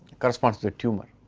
corresponds to the tumour,